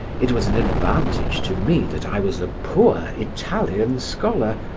it was an advantage to me that i was a poor italian scholar,